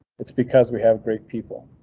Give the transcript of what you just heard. it's because we have great people.